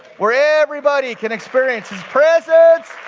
where everybody can experience his presence.